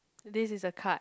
this is a card